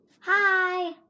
Hi